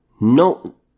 No